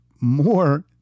more